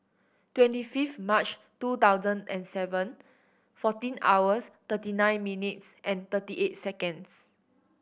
twenty fifth March two thousand and seven fourteen hours thirty nine minutes and thirty eight seconds